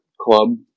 club